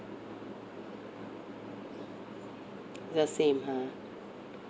the same ah